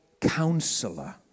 counselor